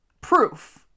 proof